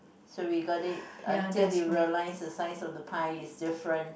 so we got it until we realize the size of the pie is different